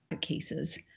cases